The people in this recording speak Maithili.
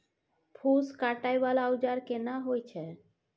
फूस काटय वाला औजार केना होय छै?